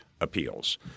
appeals